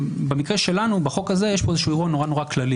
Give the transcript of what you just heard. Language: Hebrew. במקרה שלנו בחוק הזה יש פה איזשהו אירוע נורא כללי.